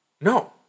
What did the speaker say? No